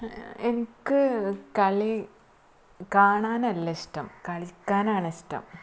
എനിക്ക് കളി കാണാനല്ലിഷ്ടം കളിക്കാനാണിഷ്ടം